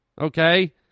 Okay